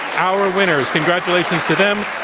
our winners. congratulations to them.